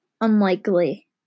unlikely